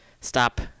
stop